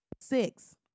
six